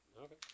Okay